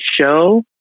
show